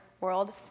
world